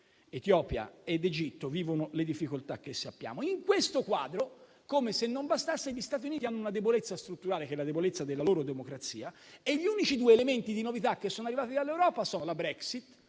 Etiopia ed Egitto, vivono le difficoltà che sappiamo. In questo quadro, come se non bastasse, gli Stati Uniti hanno una debolezza strutturale, che è la debolezza della loro democrazia, e vi sono stati due unici elementi di novità dall'Europa in questi